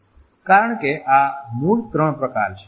કારણ કે આ મૂળ ત્રણ પ્રકાર છે